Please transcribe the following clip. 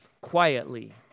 quietly